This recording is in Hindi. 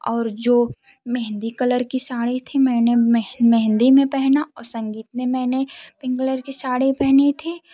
और जो मेहंदी कलर की साड़ी थी मैंने मेहंदी में पहने और संगीत में मैंने पिंक कलर की साड़ी पहनी थी